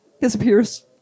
disappears